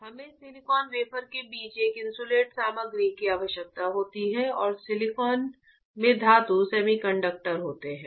हमें silicon wafer के बीच एक इन्सुलेट सामग्री की आवश्यकता होती है और सिलिकॉन में धातु सेमीकंडक्टर होते है